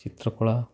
ଚିତ୍ରକଳା